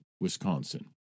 Wisconsin